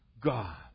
God